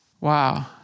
Wow